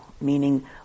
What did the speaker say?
meaning